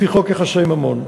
לפי חוק יחסי ממון.